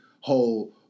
Whole